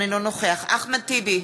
אינו נוכח אחמד טיבי,